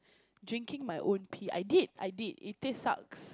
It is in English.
drinking my own pee I did I did it taste sucks